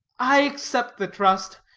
i accept the trust.